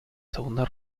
segunda